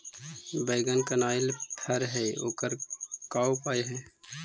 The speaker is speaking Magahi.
बैगन कनाइल फर है ओकर का उपाय है?